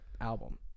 album